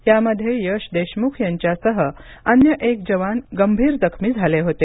यामध्ये यश देशमुख यांच्यासह अन्य एक जवान गंभीर जखमी झाले होते